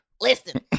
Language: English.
Listen